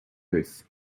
booth